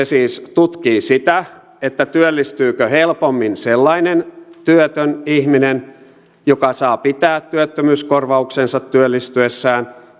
siis tutkii sitä työllistyykö helpommin sellainen työtön ihminen joka saa pitää työttömyyskorvauksensa työllistyessään